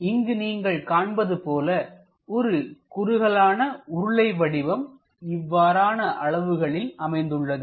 இங்கு நீங்கள் காண்பது போல ஒரு குறுகலான உருளை வடிவம் இவ்வாறான அளவுகளில் அமைந்து உள்ளது